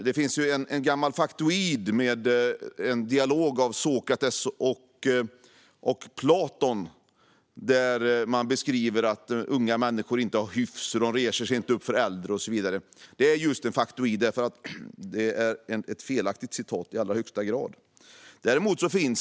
Det finns en gammal faktoid om en dialog mellan Sokrates och Platon där de beskriver att unga människor inte har hyfs, reser sig inte upp för äldre och så vidare. Det är en faktoid; ett i allra högsta grad felaktigt citat.